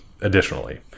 additionally